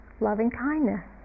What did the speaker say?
loving-kindness